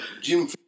Jim